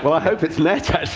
but i hope it's net actually,